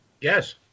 Yes